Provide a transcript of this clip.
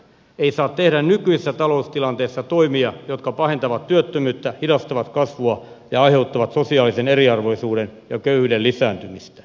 ei saa tehdä nykyisessä taloustilanteessa toimia jotka pahentavat työttömyyttä hidastavat kasvua ja aiheuttavat sosiaalisen eriarvoisuuden ja köyhyyden lisääntymistä